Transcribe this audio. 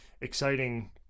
exciting